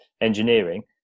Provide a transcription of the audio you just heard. engineering